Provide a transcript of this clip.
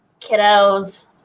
kiddos